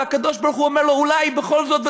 הקדוש-ברוך-הוא אומר לו: אולי בכל זאת?